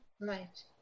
Right